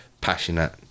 passionate